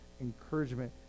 encouragement